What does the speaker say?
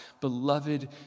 beloved